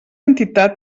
entitat